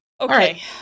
Okay